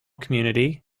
community